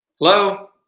Hello